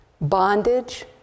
Bondage